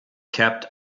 kept